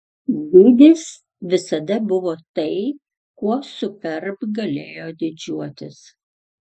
dydis visada buvo tai kuo superb galėjo didžiuotis